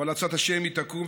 אבל עצת השם היא תקום,